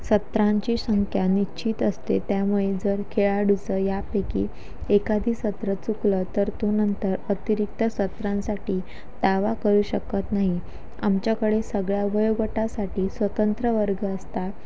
सत्रांची संख्या निश्चित असते त्यामुळे जर खेळाडूचं यापैकी एखादे सत्र चुकलं तर तो नंतर अतिरिक्त सत्रांसाठी दावा करू शकत नाही आमच्याकडे सगळ्या वयोगटासाठी स्वतंत्र वर्ग असतात